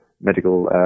medical